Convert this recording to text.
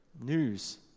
news